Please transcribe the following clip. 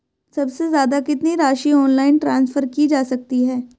सबसे ज़्यादा कितनी राशि ऑनलाइन ट्रांसफर की जा सकती है?